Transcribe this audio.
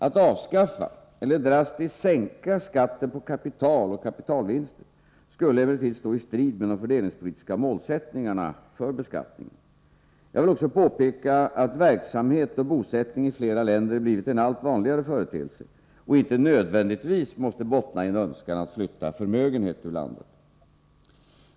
Att avskaffa eller drastiskt sänka skatten på kapital och kapitalvinster skulle emellertid stå i strid med de fördelningspolitiska målsättningarna för beskattningen. Jag vill också påpeka att verksamhet och bosättning i flera länder blivit en allt vanligare företeelse och inte nödvändigtvis måste bottna i en önskan att flytta förmögenhet ur landet.